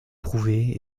prouvée